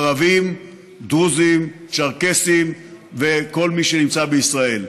ערבים, דרוזים, צ'רקסים וכל מי שנמצא בישראל.